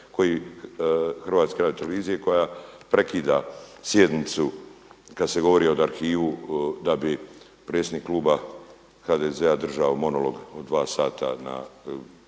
Hrvatske radiotelevizije koja prekida sjednicu kad se govori o arhivu da bi predsjednik kluba HDZ-a držao monolog od dva sata na